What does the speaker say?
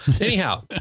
Anyhow